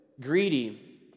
Greedy